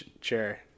Sure